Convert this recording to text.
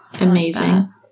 Amazing